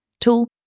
tool